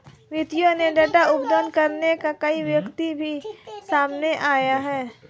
वित्तीय डाटा उपलब्ध करने वाले कई विक्रेता भी सामने आए हैं